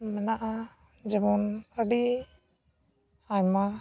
ᱢᱮᱱᱟᱜᱼᱟ ᱡᱮᱢᱚᱱ ᱟᱹᱰᱤ ᱟᱭᱢᱟ